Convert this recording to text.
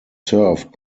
served